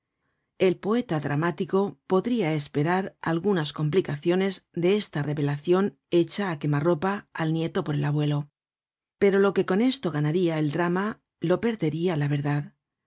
el poeta dramático podria esperar algunas complicaciones de esta revelacion hecha á quema ropa al nieto por el abuelo pero lo que con esto ganaria el drama lo perderia la verdad